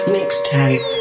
Mixtape